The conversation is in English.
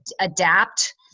adapt